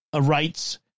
rights